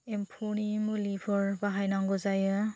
एम्फौनि मुलिफोर बाहायनांगौ जायो